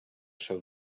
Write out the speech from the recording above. seu